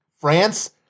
France